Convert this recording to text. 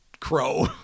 Crow